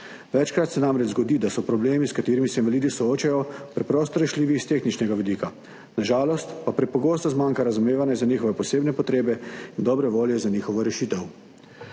Večkrat se namreč zgodi, da so problemi, s katerimi se invalidi soočajo, preprosto rešljivi s tehničnega vidika, na žalost pa prepogosto zmanjka razumevanja za njihove posebne potrebe in dobre volje za njihovo rešitev.